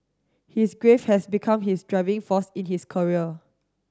his grief has become his driving force in his career